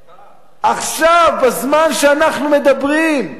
עכשיו, בזמן שאנחנו מדברים,